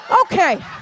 Okay